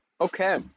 Okay